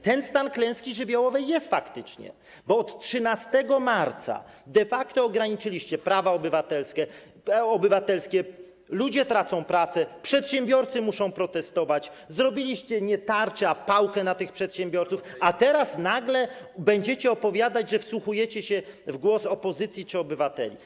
Ten stan klęski żywiołowej jest faktycznie, bo od 13 marca de facto ograniczyliście prawa obywatelskie, ludzie tracą pracę, przedsiębiorcy muszą protestować, zrobiliście nie tarczę, a pałkę na tych przedsiębiorców, a teraz nagle będziecie opowiadać, że wsłuchujecie się w głos opozycji czy obywateli.